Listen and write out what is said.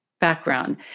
background